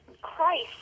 Christ